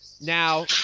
Now